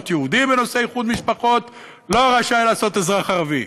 יהודי בנושא איחוד משפחות לא רשאי לעשות אזרח ערבי.